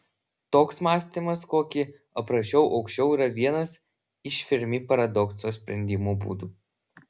toks mąstymas kokį aprašiau aukščiau yra vienas iš fermi paradokso sprendimo būdų